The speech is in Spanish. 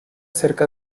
cerca